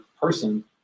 person